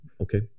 Okay